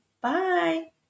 Bye